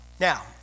Now